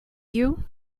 you